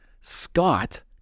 Scott